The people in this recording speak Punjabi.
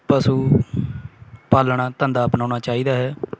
ਪਸ਼ੂ ਪਾਲਣਾ ਧੰਦਾ ਅਪਨਾਉਣਾ ਚਾਹੀਦਾ ਹੈ